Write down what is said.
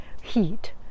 heat